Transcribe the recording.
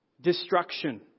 Destruction